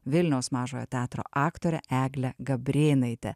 vilniaus mažojo teatro aktorę eglę gabrėnaitę